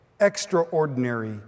extraordinary